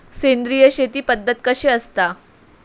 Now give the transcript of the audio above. सेंद्रिय शेती पद्धत कशी असता?